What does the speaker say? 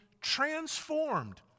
transformed